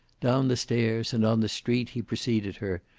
down the stairs, and on the street he preceded her,